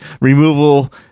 removal